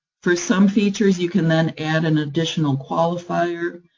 for some features, you can then add an additional qualifier,